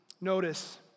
Notice